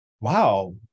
wow